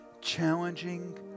challenging